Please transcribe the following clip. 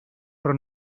però